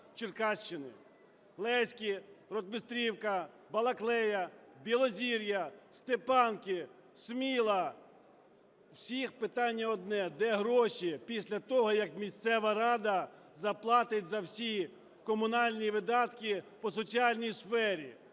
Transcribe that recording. Черкащини: Леськи, Ротмістрівка, Балаклея, Білозір'я, Степанки, Сміла – у всіх питання одне: де гроші після того, як місцева рада заплатить за всі комунальні видатки по соціальній сфері.